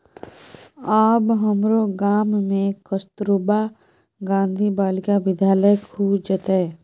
आब हमरो गाम मे कस्तूरबा गांधी बालिका विद्यालय खुजतै